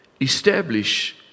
establish